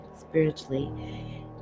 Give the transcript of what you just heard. spiritually